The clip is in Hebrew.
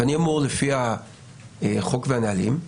ואני אמור, לפי החוק והנהלים,